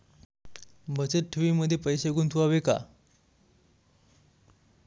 बचत ठेवीमध्ये पैसे गुंतवावे का?